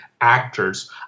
actors